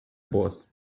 boss